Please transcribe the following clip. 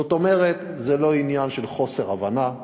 זאת אומרת, זה לא עניין של חוסר הבנה,